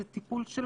זה טיפול שלכם.